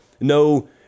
No